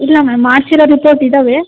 ಇಲ್ಲ ಮ್ಯಾಮ್ ಮಾಡಿಸಿರೋ ರಿಪೋರ್ಟ್ ಇದ್ದಾವೆ